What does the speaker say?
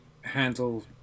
handle